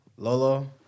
Lolo